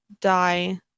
die